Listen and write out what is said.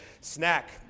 Snack